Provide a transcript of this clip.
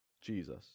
Jesus